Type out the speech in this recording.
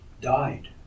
died